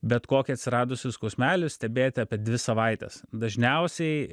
bet kokį atsiradusį skausmelį stebėti apie dvi savaites dažniausiai